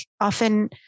often